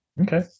Okay